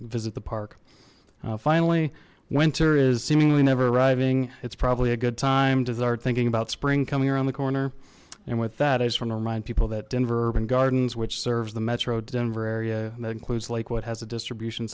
visit the park finally winter is seemingly never arriving it's probably a good time to start thinking about spring coming around the corner and with that i just want to remind people that denver urban gardens which serves the metro denver area that includes like what has a distribution